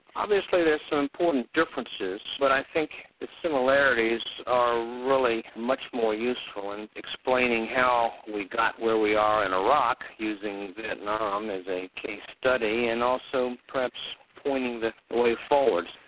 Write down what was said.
obviously there's some important differences, but i think the similarities are really much more useful in explaining how we got where we are in iraq, using vietnam as a case study, and also perhaps pointing the way forwards.